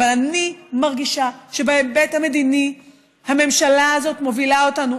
אבל אני מרגישה שבהיבט המדיני הממשלה הזאת מובילה אותנו,